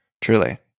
truly